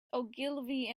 ogilvy